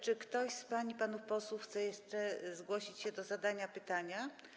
Czy ktoś z pań i panów posłów chce jeszcze zgłosić się do zadania pytania?